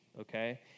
okay